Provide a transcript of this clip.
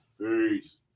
peace